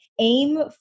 aim